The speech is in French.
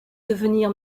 devenir